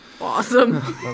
awesome